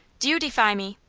do you defy me?